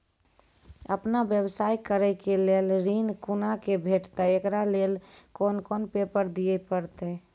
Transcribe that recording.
आपन व्यवसाय करै के लेल ऋण कुना के भेंटते एकरा लेल कौन कौन पेपर दिए परतै?